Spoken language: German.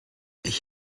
ich